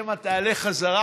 שמא תעלה בחזרה,